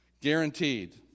guaranteed